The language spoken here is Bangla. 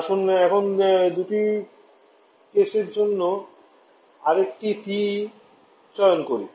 আসুন এখন দুটি কেসের জন্য আরেকটি TE চয়ন করি